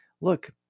Look